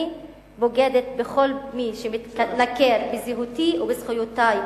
אני בוגדת בכל מי שמתנכר לזהותי ולזכותי.